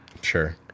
Sure